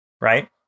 Right